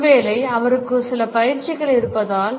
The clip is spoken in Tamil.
ஒருவேளை அவருக்கு சில பயிற்சிகள் இருப்பதால்